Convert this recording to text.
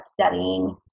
studying